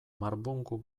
marbungu